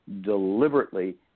deliberately